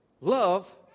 Love